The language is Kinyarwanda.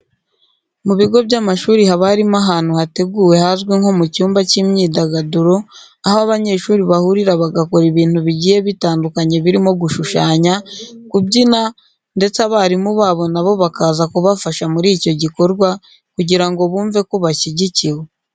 Mu bigo by'amashuri haba harimo ahantu hateguwe hazwi nko mu cyumba cy'imyidagaduro, aho abanyeshuri bahurira bagakora ibintu bigiye bitandukanye birimo gushushanya, kubyina ndetse abarimu babo na bo bakaza kubafasha muri icyo gikorwa kugira ngo bumve ko bashyigikiwe.